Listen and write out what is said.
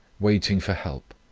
waiting for help.